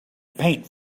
paint